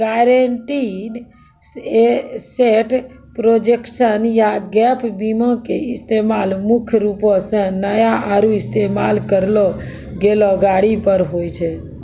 guaranteed asset protection या gap बीमा के इस्तेमाल मुख्य रूपो से नया आरु इस्तेमाल करलो गेलो गाड़ी पर होय छै